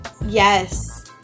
yes